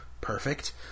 perfect